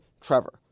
Trevor